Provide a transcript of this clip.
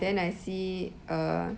then I see a